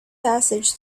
passage